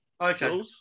Okay